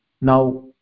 Now